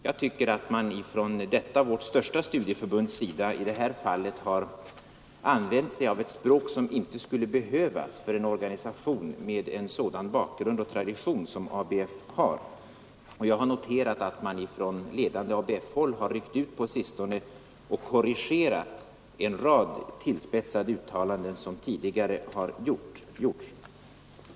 Jag tycker att man från detta vårt största studieförbund i denna fråga har använt ett språk som inte skulle behövas för en organisation med en sådan bakgrund och tradition som ABF har. Jag har också noterat att man från ledande ABF-håll på sistone ryckt ut och korrigerat en rad tillspetsade uttalanden som tidigare har gjorts.